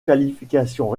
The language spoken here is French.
qualifications